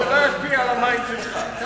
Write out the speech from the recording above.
זה לא ישפיע על המים שלך.